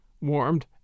warmed